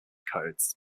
codes